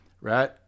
right